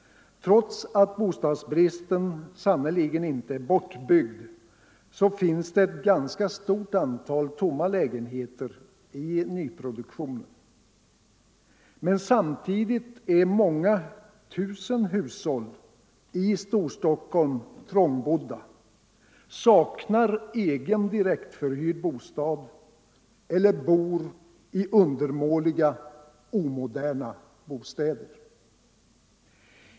Trots att bostadsbristen sannerligen inte är bortbyggd finns det ett ganska stort antal tomma lägenheter i nyproduktionen. Samtidigt är många tusen hushåll i Storstockholm trångbodda, saknar egen direktförhyrd bostad eller bor i undermåliga, omoderna bostäder.